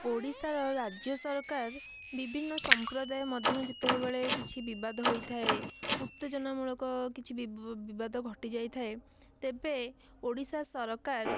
ଓଡ଼ିଶାର ରାଜ୍ୟ ସରକାର ବିଭିନ୍ନ ସମ୍ପ୍ରଦାୟ ମଧ୍ୟ ଯେତେବେଳେ କିଛି ବିବାଦ ହୋଇଥାଏ ଉତ୍ତେଜନାମୂଳକ କିଛି ବି ବିବାଦ ଘଟିଯାଇଥାଏ ତେବେ ଓଡ଼ିଶା ସରକାର